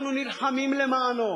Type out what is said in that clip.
אנחנו נלחמים למענו,